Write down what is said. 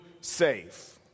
safe